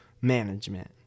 management